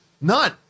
none